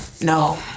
No